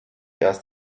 erst